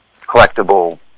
collectible